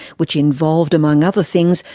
which involved, among other things,